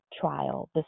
trial